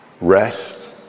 rest